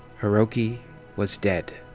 hiroki was dead.